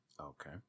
Okay